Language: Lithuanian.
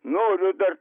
noriu dar